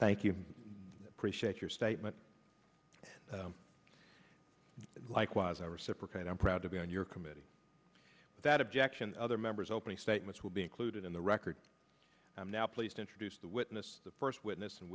thank you appreciate your statement likewise i reciprocate i'm proud to be on your committee that objection other members opening statements will be included in the record i'm now placed introduce the witness the first witness and